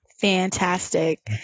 Fantastic